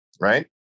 Right